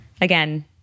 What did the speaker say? again